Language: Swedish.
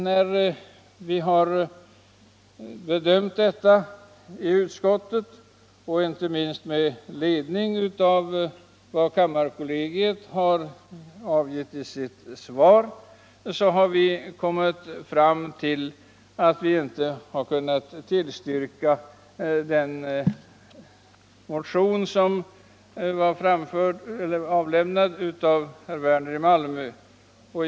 När vi har bedömt frågan i utskottet, inte minst med ledning av vad kammarkollegiet har anfört i sitt remissyttrande, har vi kommit fram till att vi inte kan tillstyrka den motion som avlämnats av herr Werner i Malmö.